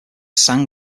san